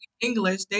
English